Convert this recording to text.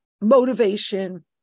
motivation